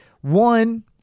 one